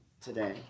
today